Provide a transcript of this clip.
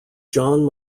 john